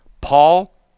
Paul